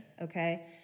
Okay